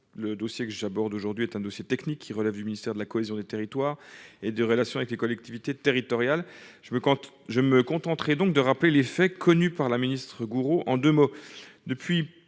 le dossier que j'aborde aujourd'hui est un dossier technique qui relève du ministère de la cohésion des territoires et des relations avec les collectivités territoriales, je me quand je me contenterai donc de rappeler les faits connus par la ministre gourou en 2 mots : depuis